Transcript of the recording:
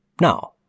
Now